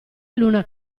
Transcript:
luna